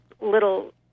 little